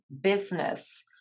business